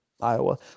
Iowa